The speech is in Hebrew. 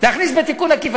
להכניס בתיקון עקיף.